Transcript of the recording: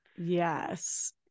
Yes